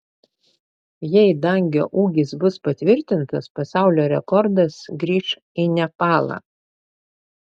jei dangio ūgis bus patvirtintas pasaulio rekordas grįš į nepalą